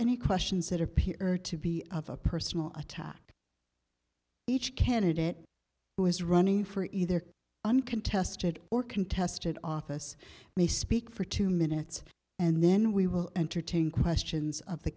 any questions that appear to be of a personal attack each candidate who is running for either uncontested or contested office may speak for two minutes and then we will entertain questions of the